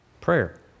prayer